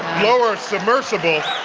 lower a submersible.